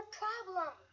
problem